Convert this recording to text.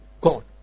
God